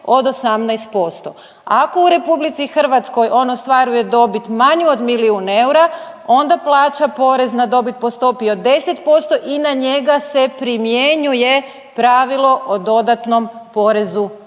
od 18%. Ako u RH on ostvaruje dobit manju od milijun eura, onda plaća porez na dobit od 10% i na njega se primjenjuje pravilo o dodatnom porezu na